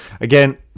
Again